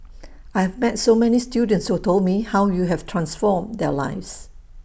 I've met so many students who told me how you have transformed their lives